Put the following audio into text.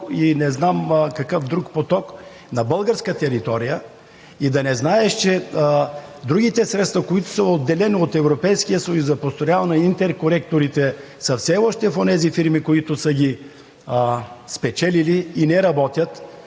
и не знам какъв друг поток, на българска територия и да не знаеш, че другите средства, които са отделени от Европейския съюз за построяване на интерконекторите, са все още в онези фирми, които са ги спечелили, и не работят,